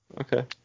Okay